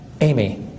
Amy